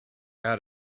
out